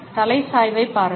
தலை சாய்வைப் பாருங்கள்